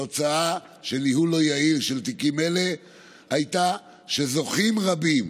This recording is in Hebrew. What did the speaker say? התוצאה של ניהול לא יעיל של תיקים אלה הייתה שזוכים רבים,